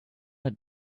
had